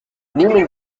nehmen